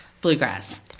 bluegrass